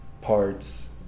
parts